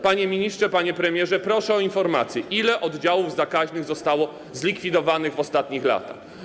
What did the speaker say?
Panie ministrze, panie premierze, proszę o informację: Ile oddziałów zakaźnych zostało zlikwidowanych w ostatnich latach?